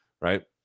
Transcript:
Right